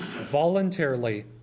voluntarily